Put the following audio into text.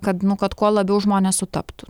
kad nu kad kuo labiau žmonės sutaptų